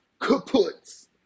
kaputs